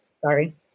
Sorry